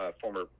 former